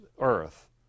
earth